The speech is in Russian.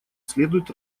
следует